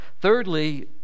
thirdly